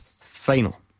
final